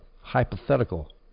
hypothetical